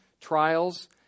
trials